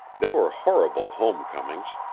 they were horrible home-comings,